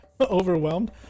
overwhelmed